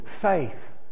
faith